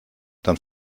dann